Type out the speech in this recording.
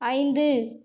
ஐந்து